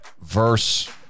verse